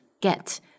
get